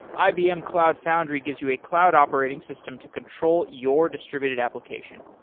ibm cloud foundry gives you a cloud operating system to control your distributed application.